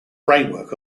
framework